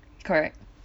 correct